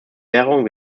währungen